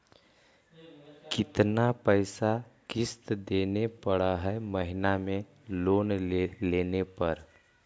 कितना पैसा किस्त देने पड़ है महीना में लोन लेने पर?